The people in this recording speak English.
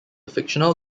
fictional